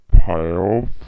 pile